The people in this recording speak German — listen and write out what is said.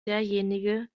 derjenige